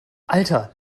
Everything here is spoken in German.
alter